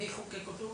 2008. מי חוקק אותו?